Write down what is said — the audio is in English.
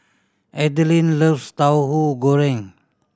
Adilene loves Tauhu Goreng